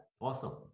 awesome